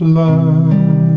love